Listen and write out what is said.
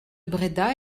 bréda